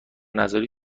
نذاری